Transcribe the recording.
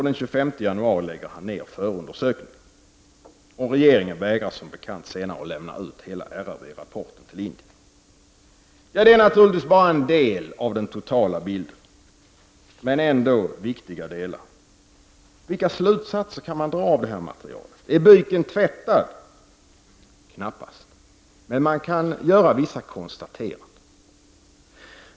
Den 25 janauri lade han ner förundersökningen. Regeringen vägrade som bekant senare att lämna ut hela RRV-rapporten till Indien. Detta är naturligtvis bara en del av den totala bilden, men det är dock fråga om viktiga delar. Vilka slutsatser kan man då dra av detta material? Är byken tvättad? Knappast. Men vissa konstateranden kan ändå göras.